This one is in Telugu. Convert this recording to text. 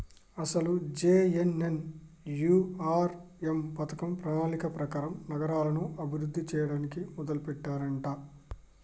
అసలు జె.ఎన్.ఎన్.యు.ఆర్.ఎం పథకం ప్రణాళిక ప్రకారం నగరాలను అభివృద్ధి చేయడానికి మొదలెట్టారంట